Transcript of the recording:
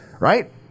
Right